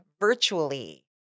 virtually